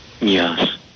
Yes